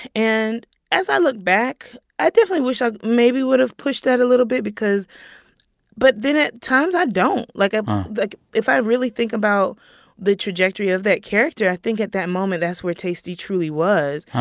and as i look back, i definitely wish i maybe would've pushed that a little bit because but then at times i don't. like, i like, if i really think about the trajectory of that character, i think at that moment that's where taystee truly was.